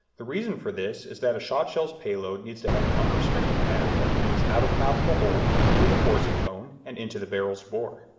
the reason for this is that a shotshell's payload needs to have an unrestricted path as it moves out of the mouth of the hull, through the forcing cone, and into the barrel's bore.